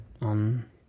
on